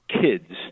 kids